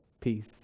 peace